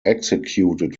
executed